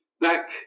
back